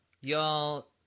y'all